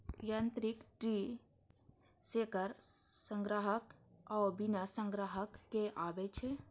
यांत्रिक tree shaker संग्राहक आ बिना संग्राहक के आबै छै